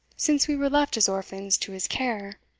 since we were left as orphans to his care?